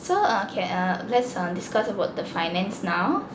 so err okay err let's err discuss about the finance now